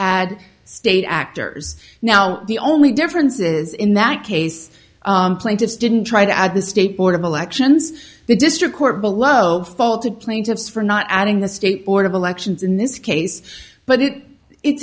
add state actors now the only differences in that case plaintiffs didn't try to add the state board of elections the district court below faulted plaintiffs for not adding the state board of elections in this case but it i